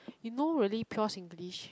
you know really pure singlish